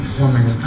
woman